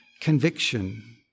conviction